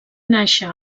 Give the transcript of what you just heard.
nàixer